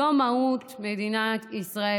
זאת המהות של מדינת ישראל.